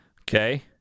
Okay